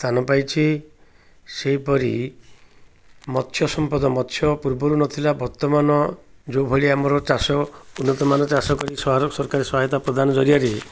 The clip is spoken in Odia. ସ୍ଥାନ ପାଇଛି ସେହିପରି ମତ୍ସ୍ୟ ସମ୍ପଦ ମତ୍ସ୍ୟ ପୂର୍ବରୁ ନଥିଲା ବର୍ତ୍ତମାନ ଯେଉଁଭଳି ଆମର ଚାଷ ଉନ୍ନତମାନ ଚାଷ କରିର ସରକାରୀ ସହାୟତା ପ୍ରଦାନ ଜରିଆରେ